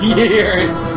years